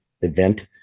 event